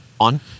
On